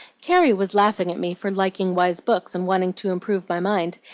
carrie was laughing at me for liking wise books and wanting to improve my mind.